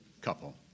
couple